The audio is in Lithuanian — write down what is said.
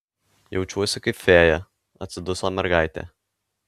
jaučiuosi kaip fėja atsiduso mergaitė